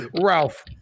Ralph